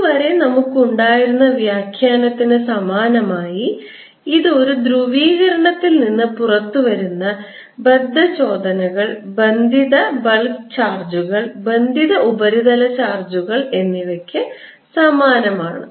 ഇതുവരെ നമുക്കുണ്ടായിരുന്ന വ്യാഖ്യാനത്തിന് സമാനമായി ഇത് ഒരു ധ്രുവീകരണത്തിൽ നിന്ന് പുറത്തുവരുന്ന ബദ്ധചോദനകൾ ബന്ധിത ബൾക്ക് ചാർജുകൾ ബന്ധിത ഉപരിതല ചാർജുകൾ എന്നിവയ്ക്ക് സമാനമാണ്